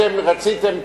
אתם רציתם,